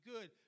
good